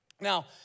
Now